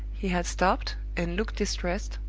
he had stopped and looked distressed,